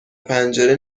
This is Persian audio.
پنجره